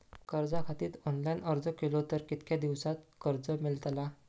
कर्जा खातीत ऑनलाईन अर्ज केलो तर कितक्या दिवसात कर्ज मेलतला?